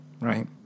Right